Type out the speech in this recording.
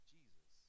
Jesus